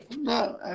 no